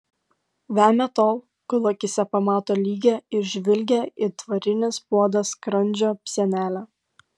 vemia tol kol akyse pamato lygią ir žvilgią it varinis puodas skrandžio sienelę